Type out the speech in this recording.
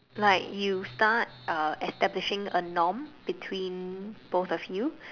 like you start uh establishing a norm between both of you